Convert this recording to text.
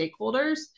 stakeholders